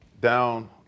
down